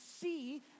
see